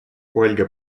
ольга